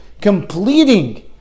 completing